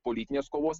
politinės kovos